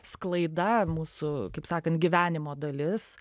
sklaida mūsų kaip sakant gyvenimo dalis